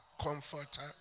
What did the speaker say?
Comforter